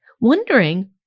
wondering